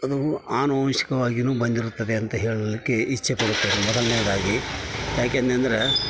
ಅದು ಆನುವಂಶಿಕವಾಗಿಯೂ ಬಂದಿರ್ತದೆ ಅಂತ ಹೇಳಲಿಕ್ಕೆ ಇಚ್ಛೆ ಪಡುತ್ತೇನೆ ಮೊದಲನೇದಾಗಿ ಯಾಕಂತ್ ಅಂದ್ರೆ